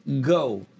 go